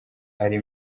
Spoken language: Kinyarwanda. ari